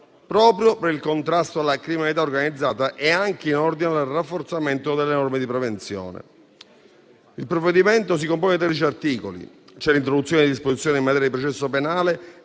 proprio per il contrasto alla criminalità organizzata e anche in ordine al rafforzamento delle norme di prevenzione. Il provvedimento si compone di tredici articoli. C'è l'introduzione di disposizioni in materia di processo penale